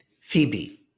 phoebe